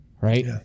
Right